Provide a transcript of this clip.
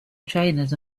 trainers